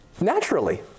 Naturally